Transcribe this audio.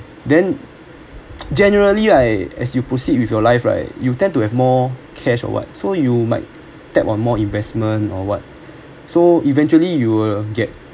then generally I as you proceed with your life right you tend to have more cash or what so you might tap on more investment or what so eventually you will get